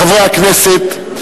חברי הכנסת,